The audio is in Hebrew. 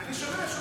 -- אני שומע.